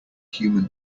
human